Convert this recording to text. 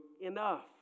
enough